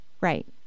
right